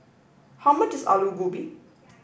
how much is Aloo Gobi